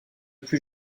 plus